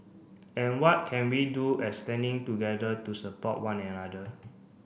and what can we do as standing together to support one another